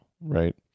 right